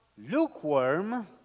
lukewarm